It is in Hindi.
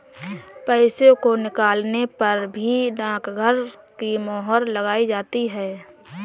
पैसों को निकालने पर भी डाकघर की मोहर लगाई जाती है